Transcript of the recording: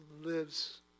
lives